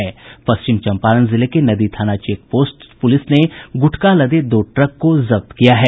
पश्चिम चम्पारण जिले के नदी थाना चेक पोस्ट पुलिस ने गुटखा लदे दो ट्रक को जब्त किया है